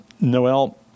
Noel